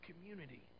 community